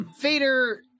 Vader